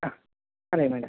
ആ അതെ മാഡം